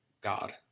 God